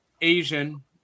Asian